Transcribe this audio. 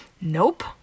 Nope